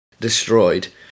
destroyed